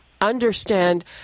understand